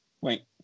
Wait